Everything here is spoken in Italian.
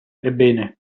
ebbene